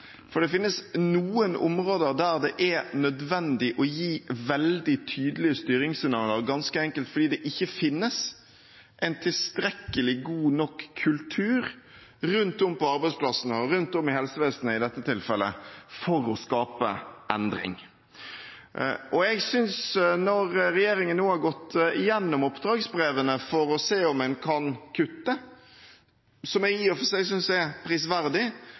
for det finnes noen områder der det er nødvendig å gi veldig tydelige styringssignaler – ganske enkelt fordi det ikke finnes god nok kultur rundt om på arbeidsplassene, eller rundt om i helsevesenet i dette tilfellet, for å skape endring. Når regjeringen nå har gått gjennom oppdragsbrevene for å se om en kan kutte, noe som jeg i og for seg synes er prisverdig,